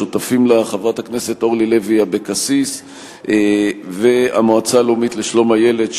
שותפים לה חברת הכנסת אורלי לוי אבקסיס והמועצה הלאומית לשלום הילד,